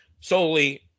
solely